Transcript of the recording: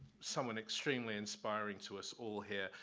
someone extremely inspiring to us all here,